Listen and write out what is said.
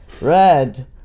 red